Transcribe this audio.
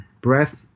breath